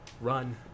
run